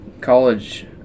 College